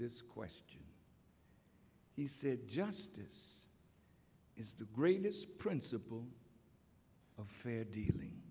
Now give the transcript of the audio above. this question he said justice is the greatness principle of fair dealing